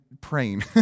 praying